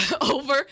over